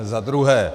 Za druhé.